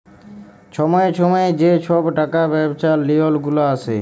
ছময়ে ছময়ে যে ছব টাকা ব্যবছার লিওল গুলা আসে